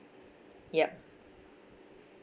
yup